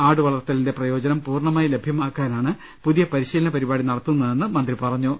ആടുവളർത്തിലിന്റെ പ്രയോജനം പൂർണമായി ലഭ്യമാ ക്കാനാണ് പുതിയ പരിശീലന പരിപാടി നടത്തുന്നതെന്ന് മന്ത്രി പറഞ്ഞു